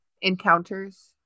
encounters